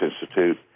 institute